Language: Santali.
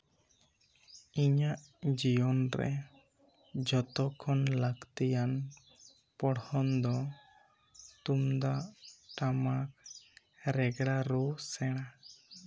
ᱤᱧᱟᱹᱜ ᱡᱤᱭᱚᱱ ᱨᱮ ᱡᱷᱚᱛᱚ ᱠᱷᱚᱱ ᱞᱟᱹᱠᱛᱤᱭᱟᱱ ᱯᱚᱲᱦᱚᱱ ᱫᱚ ᱛᱩᱢᱫᱟᱜ ᱴᱟᱢᱟᱠ ᱨᱮᱜᱽᱲᱟ ᱨᱩ ᱥᱮᱬᱟ